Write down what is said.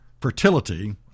fertility